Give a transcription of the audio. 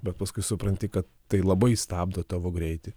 bet paskui supranti kad tai labai stabdo tavo greitį